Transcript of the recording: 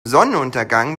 sonnenuntergang